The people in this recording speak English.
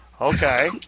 Okay